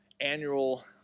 annual